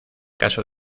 caso